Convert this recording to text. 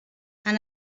han